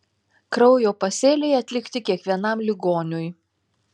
kraujo pasėliai atlikti kiekvienam ligoniui